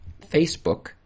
Facebook